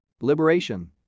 liberation